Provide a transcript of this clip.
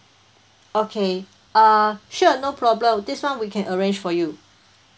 okay uh sure no problem this one we can arrange for you